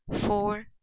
four